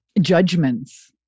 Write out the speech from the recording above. judgments